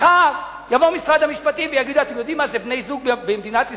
מחר יבוא משרד המשפטים ויגיד: אתם יודעים מה זה בני-זוג במדינת ישראל,